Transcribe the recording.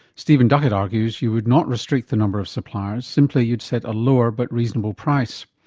stephen duckett argues you would not restrict the number of suppliers, simply you'd set a lower but reasonable price.